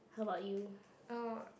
how about you